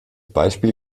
beispiel